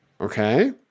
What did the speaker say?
Okay